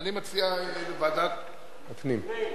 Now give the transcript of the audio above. אני מציע ועדת, הפנים.